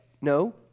no